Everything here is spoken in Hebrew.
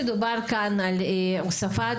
דובר כאן על הוספת